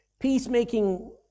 Peacemaking